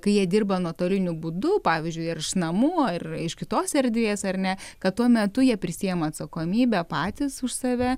kai jie dirba nuotoliniu būdu pavyzdžiui ar iš namų ar iš kitos erdvės ar ne kad tuo metu jie prisiėma atsakomybę patys už save